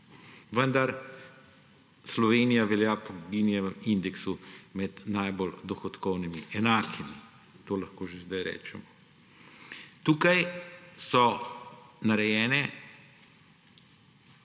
Vendar Slovenija velja po indeksu med najbolj dohodkovnimi enakimi. To lahko že zdaj rečem. Tukaj so narejene